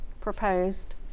proposed